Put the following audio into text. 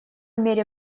мере